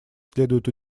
следует